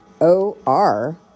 O-R